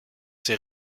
ces